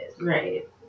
Right